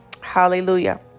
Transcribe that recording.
Hallelujah